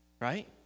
Right